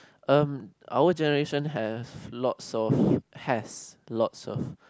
um our generation have lots of has lots of